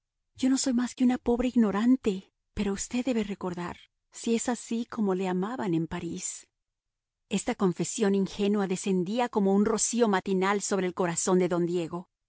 yo no soy más que una pobre ignorante pero usted debe recordar si es así como le amaban en parís esta confesión ingenua descendía como un rocío matinal sobre el corazón de don diego